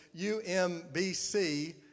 UMBC